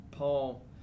Paul